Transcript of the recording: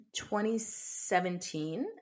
2017